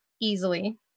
easily